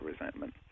resentment